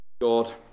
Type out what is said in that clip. God